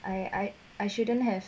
I I I shouldn't have